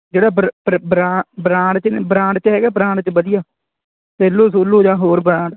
ਜਿਹੜਾ brand brand 'ਚ ਹੈਗਾ ਬ੍ਰਾਂਡ 'ਚ ਵਧੀਆ ਸੈਲੋ ਸੂਲੋ ਜਾਂ ਹੋਰ ਬ੍ਰਾਂਡ